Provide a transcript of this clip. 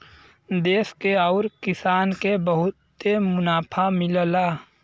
देस के आउर किसान के बहुते मुनाफा मिलला